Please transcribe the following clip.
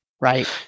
Right